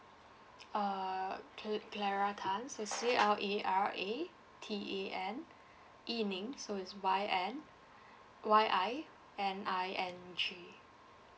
err cl~ clara tan so C L A R A T A N yi ning so it's Y N Y I N I N G